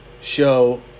show